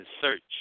search